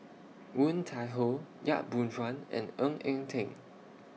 Woon Tai Ho Yap Boon Chuan and Ng Eng Teng